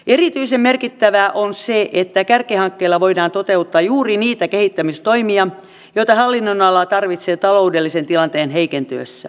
erityisen merkittävää on se että kärkihankkeilla voidaan toteuttaa juuri niitä kehittämistoimia joita hallinnonala tarvitsee taloudellisen tilanteen heikentyessä